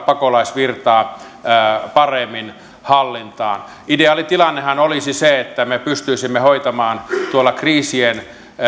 pakolaisvirtaa paremmin hallintaan ideaalitilannehan olisi se että me pystyisimme hoitamaan kriisien